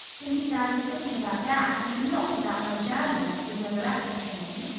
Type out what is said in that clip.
indeed i was thinking about that, and not about my german lesson, when the rector came in.